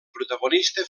protagonista